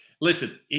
Listen